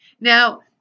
Now